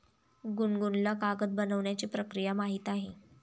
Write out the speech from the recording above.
गुनगुनला कागद बनवण्याची प्रक्रिया माहीत आहे